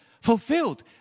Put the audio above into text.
Fulfilled